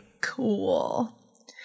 cool